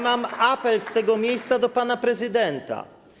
Mam apel z tego miejsca do pana prezydenta.